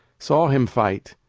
saw him fight,